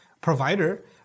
provider